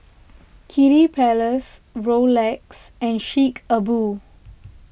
Kiddy Palace Rolex and Chic A Boo